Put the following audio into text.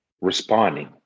responding